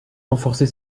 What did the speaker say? renforcer